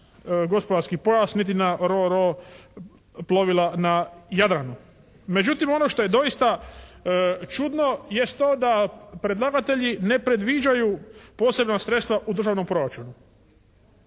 gospodarski pojas, niti na plovila na Jadranu. Međutim ono što je doista čudno jest to da predlagatelji ne predviđaju posebna sredstva u državnom proračunu.